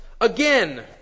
again